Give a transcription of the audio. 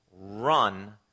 Run